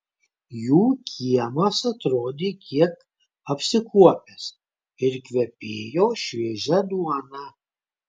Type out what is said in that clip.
jų kiemas atrodė kiek apsikuopęs ir kvepėjo šviežia duona